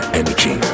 energy